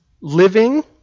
Living